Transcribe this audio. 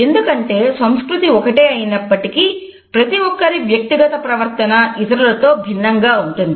ఎందుకంటే సంస్కృతి ఒకటే అయినప్పటికీ ప్రతి ఒక్కరి వ్యక్తిగత ప్రవర్తన ఇతరులతో భిన్నంగా ఉంటుంది